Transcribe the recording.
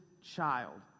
child